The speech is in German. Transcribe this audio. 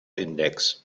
index